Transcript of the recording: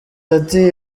ati